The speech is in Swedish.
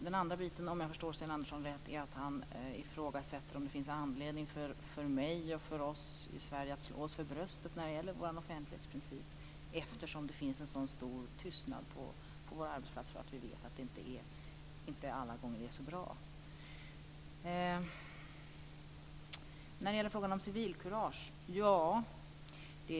Den andra biten, om jag förstår Sten Andersson rätt, är att han ifrågasätter om det finns anledning för oss i Sverige, och då även för mig, att slå oss för bröstet när det gäller vår offentlighetsprincip eftersom det finns en så stor tystnad ute på våra arbetsplatser och vi vet att det inte alla gånger är så bra. När det gäller frågan om civilkurage vill jag säga följande.